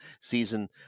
season